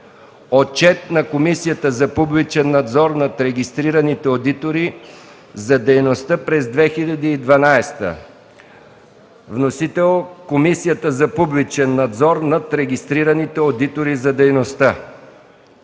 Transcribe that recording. Отчет на Комисията за публичен надзор над регистрираните одитори за дейността през 2012 г., вносител – Комисията за публичен надзор над регистрираните одитори за дейността.